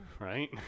Right